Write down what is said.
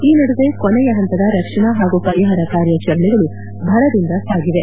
ಈ ನಡುವೆ ಕೊನೆಯ ಹಂತದ ರಕ್ಷಣಾ ಹಾಗೂ ಪರಿಹಾರ ಕಾರ್ಯಾಚರಣೆಗಳು ಭರದಿಂದ ಸಾಗಿವೆ